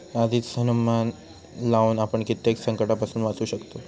आधीच अनुमान लावुन आपण कित्येक संकंटांपासून वाचू शकतव